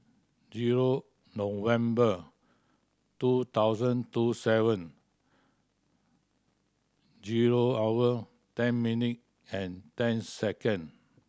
zero November two thousand two seven zero hour ten minute and ten second